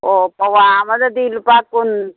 ꯑꯣ ꯄꯋꯥ ꯑꯃꯗꯗꯤ ꯂꯨꯄꯥ ꯀꯨꯟ